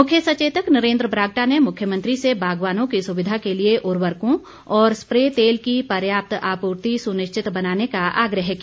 मुख्य सचेतक नरेन्द्र बरागटा ने मुख्यमंत्री से बागवानों की सुविधा के लिए उर्वरकों और स्प्रे तेल की पर्याप्त आपूर्ति सुनिश्चित बनाने का आग्रह किया